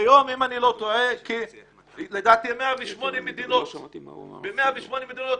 כיום, אם אני לא טועה, לדעתי, ב-108 מדינות